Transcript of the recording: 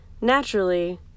naturally